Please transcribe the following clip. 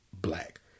black